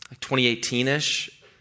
2018-ish